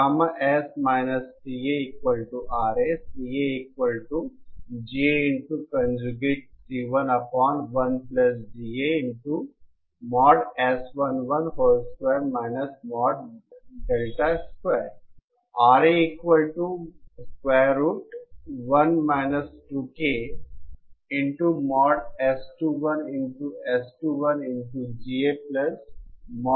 तो आइए देखते हैं कि उपलब्ध पावर गेन वृत्त क्या हैं